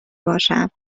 باشم